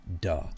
Duh